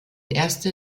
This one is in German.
erster